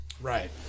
Right